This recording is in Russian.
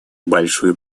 большую